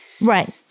Right